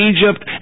Egypt